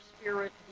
spirit